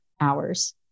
hours